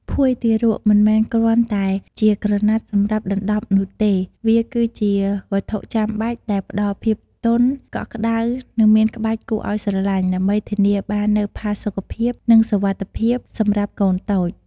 ភួយទារក មិនមែនគ្រាន់តែជាក្រណាត់សម្រាប់ដណ្ដប់នោះទេ វាគឺជា វត្ថុចាំបាច់ ដែលផ្ដល់ភាព ទន់ កក់ក្តៅ និងមានក្បាច់គួរឲ្យស្រឡាញ់ ដើម្បីធានាបាននូវផាសុកភាព និងសុវត្ថិភាពសម្រាប់កូនតូច។